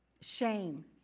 Shame